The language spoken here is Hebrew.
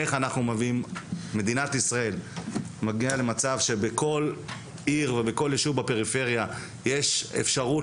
איך מדינת ישראל מגיעה למצב שבכל עיר ובכל יישוב בפריפריה יש אפשרות